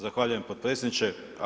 Zahvaljujem potpredsjedniče.